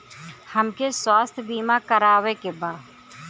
हमके स्वास्थ्य बीमा करावे के बा?